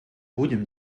будем